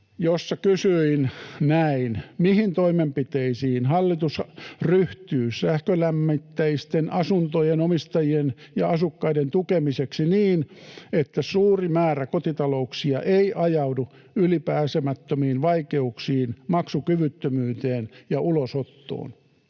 jossa kysyin näin: ”Mihin toimenpiteisiin hallitus ryhtyy sähkölämmitteisten asuntojen omistajien ja asukkaiden tukemiseksi niin, että suuri määrä kotitalouksia ei ajaudu ylipääsemättömiin vaikeuksiin, maksukyvyttömyyteen ja ulosottoon?”